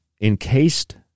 encased